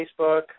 Facebook